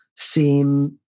Seem